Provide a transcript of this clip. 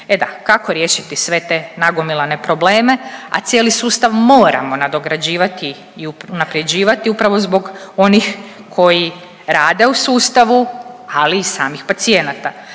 E da, kako riješiti sve te nagomilane probleme, a cijeli sustav moramo nadograđivati i unapređivati upravo zbog onih koji rade u sustavu, ali i samih pacijenata?